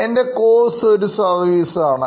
എൻറെ കോഴ്സ് അതിനൊരുദാഹരണമാണ്